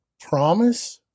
promise